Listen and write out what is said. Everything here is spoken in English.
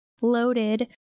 loaded